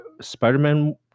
Spider-Man